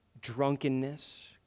drunkenness